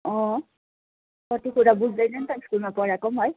अँ कति कुरा बुझ्दैन नि त स्कुलमा पढाएको पनि है